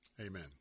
Amen